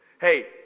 Hey